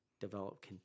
develop